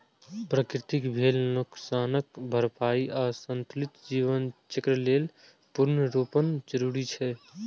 प्रकृतिक भेल नोकसानक भरपाइ आ संतुलित जीवन चक्र लेल पुनर्वनरोपण जरूरी छै